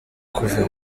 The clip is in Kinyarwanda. kuva